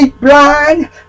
blind